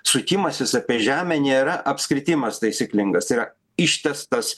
sukimasis apie žemę nėra apskritimas taisyklingas tai yra ištęstas